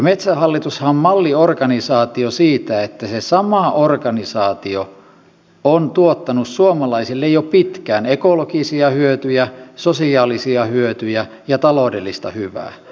metsähallitushan on malliorganisaatio siitä että se sama organisaatio on tuottanut suomalaisille jo pitkään ekologisia hyötyjä sosiaalisia hyötyjä ja taloudellista hyvää